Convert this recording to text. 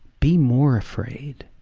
be more afraid.